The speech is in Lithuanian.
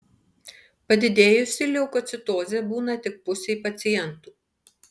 padidėjusi leukocitozė būna tik pusei pacientų